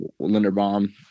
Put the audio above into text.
Linderbaum